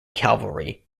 cavalry